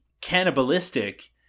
cannibalistic